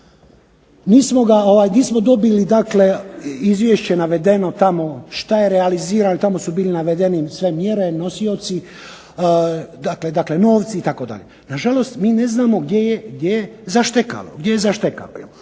mi smo dobili dakle Izvješće navedeno tamo šta je realizirano, tamo su bili navedeni sve mjere, nosioci. Dakle novci itd. Na žalost mi ne znamo gdje je zaštekalo.